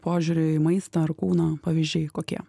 požiūrio į maistą ar kūno pavyzdžiai kokie